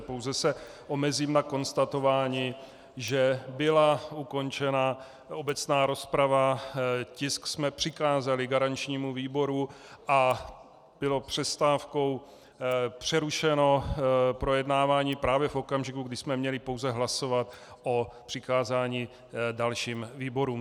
Pouze se omezím na konstatování, že byla ukončena obecná rozprava, tisk jsme přikázali garančnímu výboru a bylo přestávkou přerušeno projednávání právě v okamžiku, kdy jsme měli pouze hlasovat o přikázání dalším výborům.